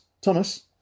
Thomas